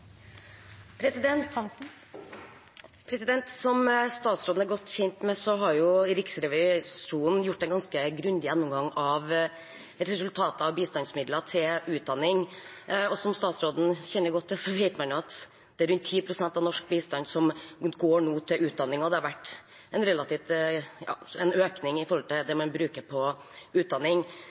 Som statsråden er godt kjent med, har Riksrevisjonen gjort en ganske grundig gjennomgang av resultatene av bistandsmidler til utdanning. Som statsråden kjenner godt til, vet man at rundt 10 pst. av norsk bistand nå går til utdanning, og det har vært en økning i det man bruker på utdanning.